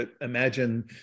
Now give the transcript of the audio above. imagine